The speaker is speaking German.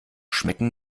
schmecken